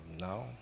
No